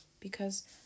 Because